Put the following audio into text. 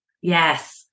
Yes